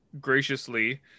graciously